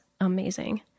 amazing